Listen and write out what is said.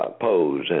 pose